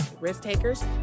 risk-takers